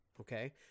okay